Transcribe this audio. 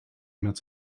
met